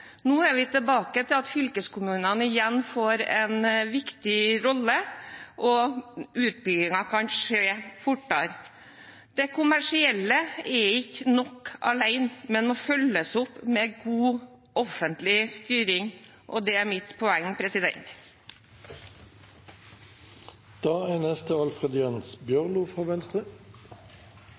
Nå er vi tilbake til at fylkeskommunene igjen får en viktig rolle, og utbyggingen kan skje fortere. Det kommersielle er ikke nok alene, men må følges opp med god offentlig styring, og det er mitt poeng.